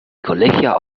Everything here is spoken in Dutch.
collega